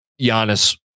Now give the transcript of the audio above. Giannis